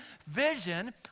Vision